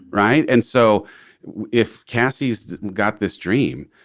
right. and so if cassie's got this dream,